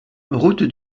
route